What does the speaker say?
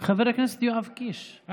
חבר הכנסת יואב קיש,